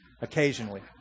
occasionally